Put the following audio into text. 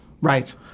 Right